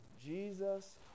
Jesus